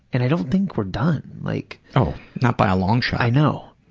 and i don't think we're done. like oh, not by a long shot. i know.